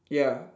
ya